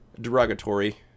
Derogatory